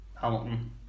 Hamilton